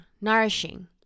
nourishing